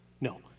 No